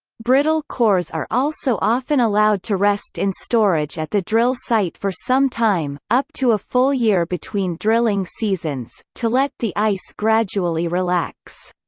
brittle cores are also often allowed to rest in storage at the drill site for some time, up to a full year between drilling seasons, to let the ice gradually relax